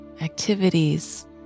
activities